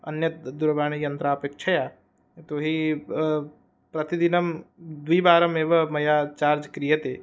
अन्यत् दीरवाणीयन्त्रापेक्षया यतो हि ब् प्रतिदिनं द्विवारम् एव मया चार्ज् क्रियते